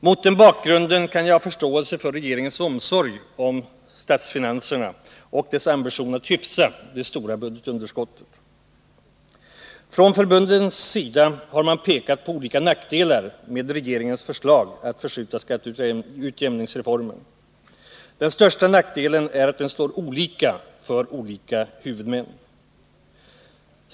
Mot den bakgrunden kan jag ha förståelse för regeringens omsorg om statsfinanserna och dess ambition att hyfsa det stora budgetunderskottet. Från förbundens sida har man pekat på olika nackdelar med regeringens förslag att förskjuta skatteutjämningsreformen. Den största nackdelen är att den slår olika för olika huvudmän.